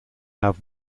have